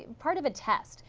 part of a test.